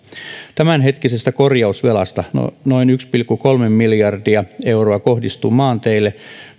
tämänhetkisestä korjausvelasta noin yksi pilkku kolme miljardia euroa kohdistuu maanteille